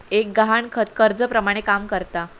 एक गहाणखत कर्जाप्रमाणे काम करता